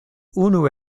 unu